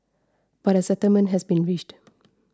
but a settlement has been reached